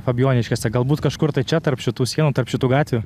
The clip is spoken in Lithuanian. fabijoniškėse galbūt kažkur tai čia tarp šitų sienų tarp šitų gatvių